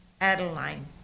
Adeline